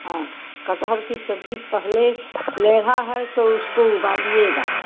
हाँ कटहल की सब्ज़ी पहले लेढ़ा है तो उसको उबालिएगा